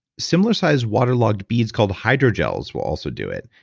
similar sized waterlogged beads called hydrogels will also do it.